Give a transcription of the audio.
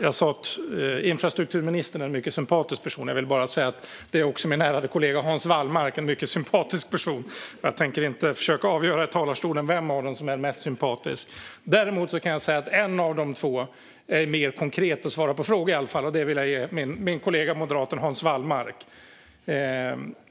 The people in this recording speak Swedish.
Jag sa att infrastrukturministern är en mycket sympatisk person. Jag vill bara säga att också min ärade kollega Hans Wallmark är en mycket sympatisk person. Jag tänker inte försöka avgöra här i talarstolen vem av dem som är mest sympatisk. Däremot kan jag säga att en av de två är mer konkret och svarar på frågor, och det vill jag ge min moderatkollega Hans Wallmark.